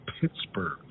Pittsburgh